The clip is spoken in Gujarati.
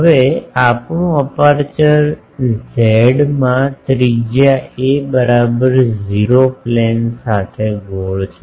હવે આપણું અપેર્ચર ઝેડ માં ત્રિજ્યા a બરાબર 0 પ્લેન સાથે ગોળ છે